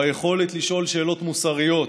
ביכולת לשאול שאלות מוסריות,